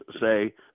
say